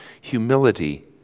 humility